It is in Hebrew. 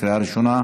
בקריאה ראשונה,